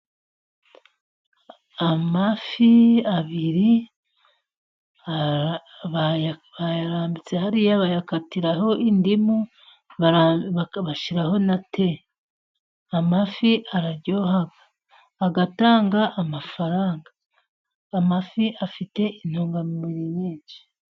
Amafi abiri ,bayarambitse hariya bayayakatiraho indimu bashyiraho na te. Amafi araryoha ,agatanga amafaranga, amafi afite intungamubiri nyinshi.